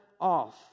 off